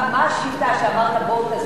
מה השיטה שאמרת: בואו תעשו?